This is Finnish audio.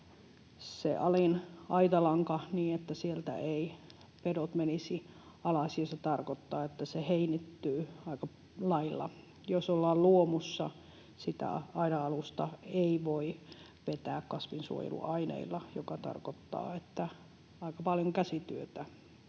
eivät pedot menisi ali, ja se tarkoittaa, että se heinittyy aika lailla. Jos ollaan luomussa, sitä aidanalusta ei voi vetää kasvinsuojeluaineilla, mikä tarkoittaa, että aika paljon käsityötä